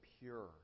pure